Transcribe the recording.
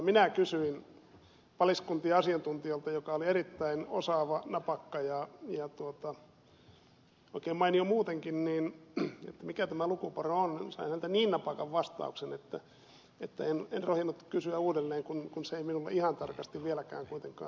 minä kysyin paliskuntien asiantuntijalta joka oli erittäin osaava napakka ja oikein mainio muutenkin mikä tämä lukuporo on ja sain häneltä niin napakan vastauksen että en rohjennut kysyä uudelleen kun se ei minulle ihan tarkasti vieläkään kuitenkaan selvinnyt